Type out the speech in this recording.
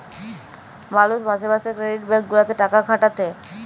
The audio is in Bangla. মালুষ মাসে মাসে ক্রেডিট ব্যাঙ্ক গুলাতে টাকা খাটাতে